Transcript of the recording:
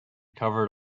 covered